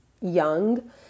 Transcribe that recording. young